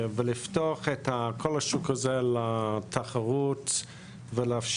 בלפתוח את כל השוק הזה לתחרות ולאפשר